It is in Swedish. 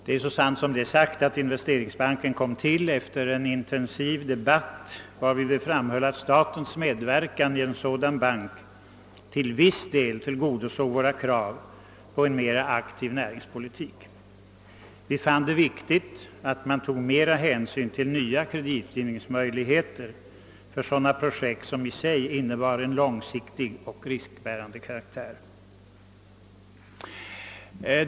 Det är sant att Investeringsbanken tillkom efter en intensiv debatt. Från mittenpartiernas sida framhöll vi under denna debatt att statens medverkan i en sådan bank till viss del tillgodosåg våra krav på en mera aktiv näringspolitik. Vi fann det viktigt att man tog större hänsyn till nya kreditgivningsmöjligheter för sådana projekt, som var långsiktiga och innebar risktagande.